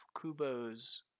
Kubo's